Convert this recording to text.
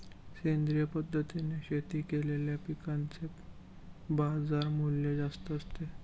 सेंद्रिय पद्धतीने शेती केलेल्या पिकांचे बाजारमूल्य जास्त असते